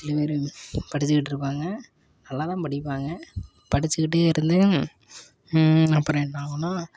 சில பேரு படிச்சிக்கிட்டு இருப்பாங்க நல்லா தான் படிப்பாங்க படிச்சிக்கிட்டே இருந்து அப்புறம் என்னாகன்னா